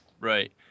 Right